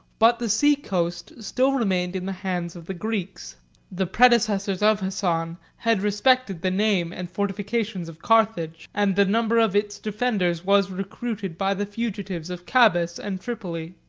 but the seacoast still remained in the hands of the greeks the predecessors of hassan had respected the name and fortifications of carthage and the number of its defenders was recruited by the fugitives of cabes and tripoli.